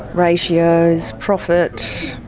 ratios, profit,